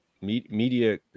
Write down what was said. Media